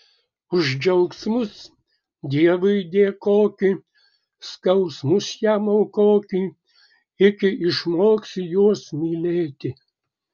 už džiaugsmus dievui dėkoki skausmus jam aukoki iki išmoksi juos mylėti